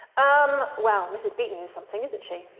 um well mrs beeton is something isn't she?